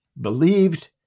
believed